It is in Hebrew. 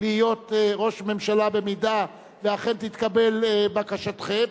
להיות ראש הממשלה אם אכן תתקבל בקשתכם,